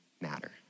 matter